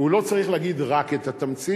הוא לא צריך להגיד רק את התמצית,